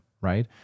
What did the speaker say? right